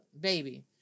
Baby